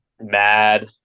mad